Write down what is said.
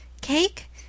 Cake